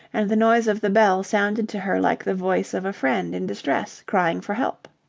and the noise of the bell sounded to her like the voice of a friend in distress crying for help.